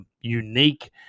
unique